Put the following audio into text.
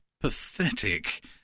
pathetic